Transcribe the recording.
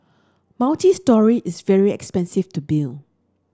multistory is very expensive to build